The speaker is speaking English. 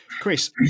Chris